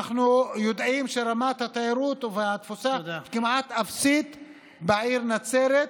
אנחנו יודעים שרמת התיירות והתפוסה כמעט אפסית בעיר נצרת.